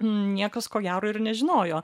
niekas ko gero ir nežinojo